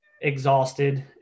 exhausted